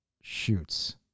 shoots